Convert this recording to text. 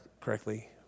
correctly